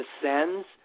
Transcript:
descends